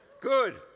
Good